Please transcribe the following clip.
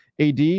AD